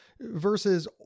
versus